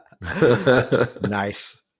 nice